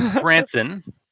Branson